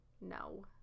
No